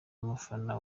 umufana